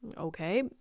Okay